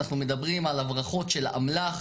אנחנו מדברים על הברחות של אמל"ח,